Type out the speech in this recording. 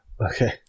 Okay